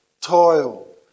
toil